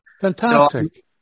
Fantastic